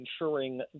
ensuring